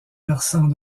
versant